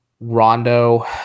Rondo